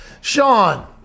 Sean